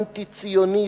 אנטי-ציוני,